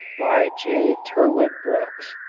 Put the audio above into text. by j. tyrwhitt brooks